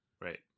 Right